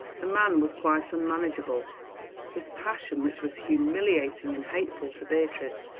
the man was quite unmanageable his passion, which was humiliating and hateful to beatrice,